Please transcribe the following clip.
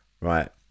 Right